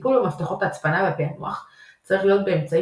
הטיפול במפתחות ההצפנה והפענוח צריך להיות באמצעים